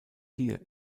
hier